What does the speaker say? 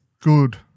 good